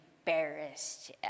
embarrassed